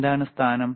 എന്താണ് സ്ഥാനം